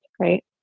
right